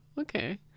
okay